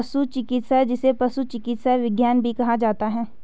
पशु चिकित्सा, जिसे पशु चिकित्सा विज्ञान भी कहा जाता है